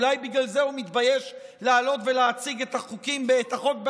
ואולי בגלל זה הוא מתבייש לעלות ולהציג את החוק בעצמו,